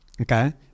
okay